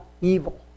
evil